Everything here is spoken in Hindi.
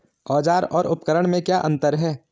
औज़ार और उपकरण में क्या अंतर है?